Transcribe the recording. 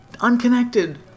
unconnected